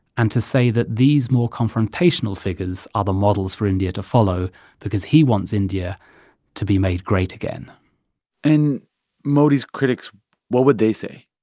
and to say that these more confrontational figures are the models for india to follow because he wants india to be made great again and modi's critics what would they say?